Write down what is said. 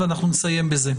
ונסיים בזה.